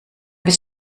bis